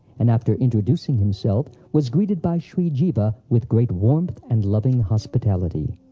and after introducing himself, was greeted by shri jiva with great warmth and loving hospitality.